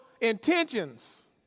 intentions